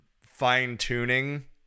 fine-tuning